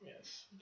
Yes